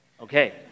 okay